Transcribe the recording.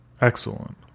excellent